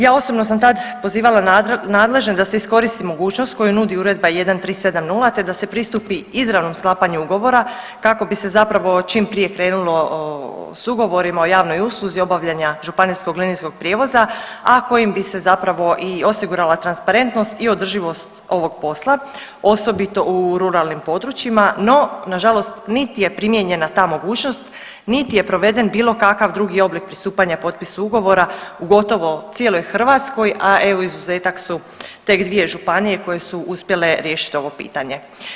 Ja osobno sam tad pozivala nadležne da se iskoristi mogućnost koju nudi Uredba 1370 te da se pristupi izravnom sklapanju ugovora kako bi se zapravo čim prije krenulo s ugovorima o javnoj usluzi obavljanja županijskog linijskog prijevoza, a kojim bi se zapravo i osigurala transparentnost i održivost ovog posla, osobito u ruralnim područjima, no nažalost niti je primijenjena ta mogućnost niti je proveden bilo kakav drugi oblik pristupanja potpisu ugovora u gotovo cijeloj Hrvatskoj, a evo, izuzetak su tek dvije županije koje su uspjele riješiti ovo pitanje.